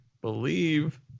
believe